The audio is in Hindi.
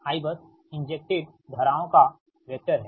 तो Ibus इन्जेक्टेड धाराओं का वेक्टर है